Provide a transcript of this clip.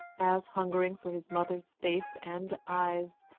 as, hungering for his mother's face and eyes,